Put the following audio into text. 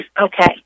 Okay